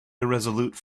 irresolute